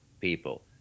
people